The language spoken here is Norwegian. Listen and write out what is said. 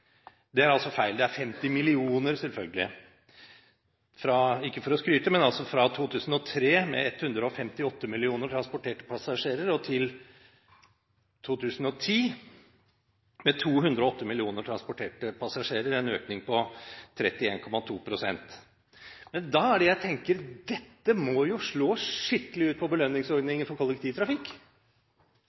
Det er altså feil. Det er 50 millioner passasjerer, selvfølgelig! Ikke for å skryte, men det er altså fra 2003 med 158 millioner transporterte passasjerer til 2010 med 208 millioner transporterte passasjerer en økning på 31,2 pst. Da er det jeg tenker: Dette må jo slå skikkelig ut på belønningsordningen for kollektivtrafikk!